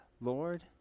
Lord